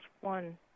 one